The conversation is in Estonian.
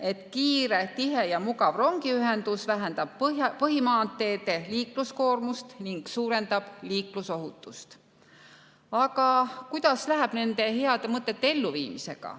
et kiire, tihe ja mugav rongiühendus vähendab põhimaanteede liikluskoormust ning suurendab liiklusohutust. Aga kuidas läheb nende heade mõtete elluviimisega?